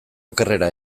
okerrera